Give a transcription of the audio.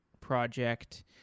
project